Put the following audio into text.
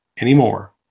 anymore